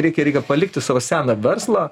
reikia reikia palikti savo seną verslą